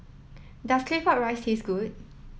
does Claypot Rice taste good